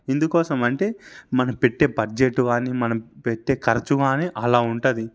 ఎందుకోసం అంటే మనం పెట్టే బడ్జెటు కానీ మనం పెట్టే ఖర్చు కానీ అలా ఉంటుంది